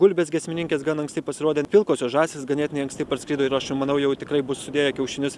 gulbės giesmininkės gan anksti pasirodė pilkosios žąsys ganėtinai anksti parskrido ir aš manau jau tikrai bus sudėję kiaušinius